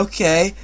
Okay